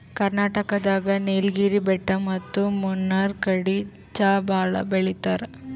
ಕರ್ನಾಟಕ್ ದಾಗ್ ನೀಲ್ಗಿರಿ ಬೆಟ್ಟ ಮತ್ತ್ ಮುನ್ನೂರ್ ಕಡಿ ಚಾ ಭಾಳ್ ಬೆಳಿತಾರ್